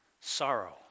Sorrow